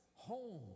home